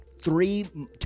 three